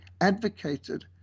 advocated